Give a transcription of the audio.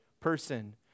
person